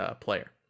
player